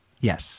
Yes